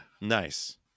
Nice